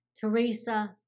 Teresa